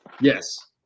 Yes